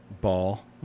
ball